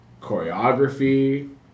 choreography